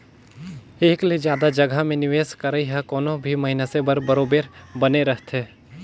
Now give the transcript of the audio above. एक ले जादा जगहा में निवेस करई ह कोनो भी मइनसे बर बरोबेर बने रहथे